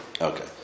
Okay